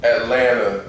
Atlanta